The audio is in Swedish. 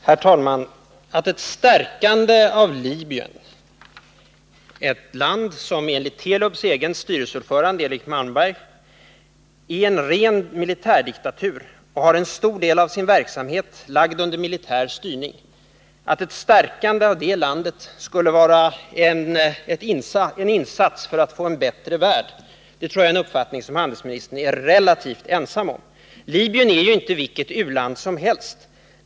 Herr talman! Att ett stärkande av Libyen — ett land som enligt Telubs egen styrelseordförande Eric Malmberg är en ren militärdiktatur och har en stor del av sin verksamhet lagd under militär styrning — skulle vara en insats för att få en bättre värld tror jag är en uppfattning som handelsministern är relativt ensam om. Libyen är inte vilket u-land som helst.